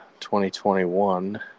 2021